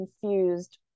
confused